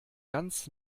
ganz